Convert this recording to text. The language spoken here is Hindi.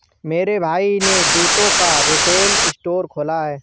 मेरे भाई ने जूतों का रिटेल स्टोर खोला है